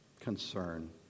concern